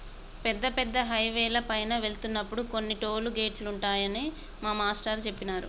పెద్ద పెద్ద హైవేల పైన వెళ్తున్నప్పుడు కొన్ని టోలు గేటులుంటాయని మా మేష్టారు జెప్పినారు